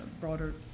broader